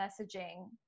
messaging